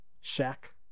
shack